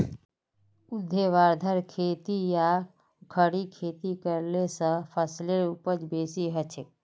ऊर्ध्वाधर खेती या खड़ी खेती करले स फसलेर उपज बेसी हछेक